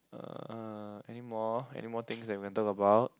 anymore anymore things that we can talk about